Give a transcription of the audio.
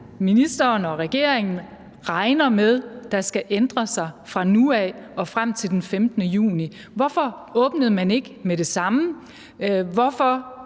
ministeren og regeringen regner med skal ændre sig fra nu af og frem til den 15. juni. Hvorfor åbnede man ikke med det samme? Hvorfor